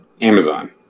Amazon